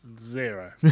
zero